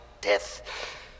death